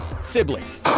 siblings